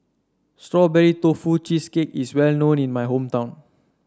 Strawberry Tofu Cheesecake is well known in my hometown